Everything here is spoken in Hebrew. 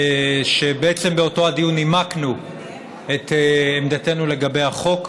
ובעצם באותו הדיון נימקנו את עמדתנו לגבי החוק.